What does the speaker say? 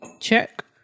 check